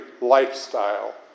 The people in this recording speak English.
lifestyle